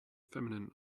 feminine